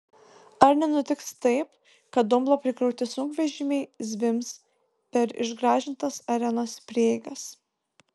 ar nenutiks taip kad dumblo prikrauti sunkvežimiai zvimbs per išgražintas arenos prieigas